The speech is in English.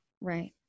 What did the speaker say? Right